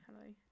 Hello